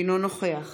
אינו נוכח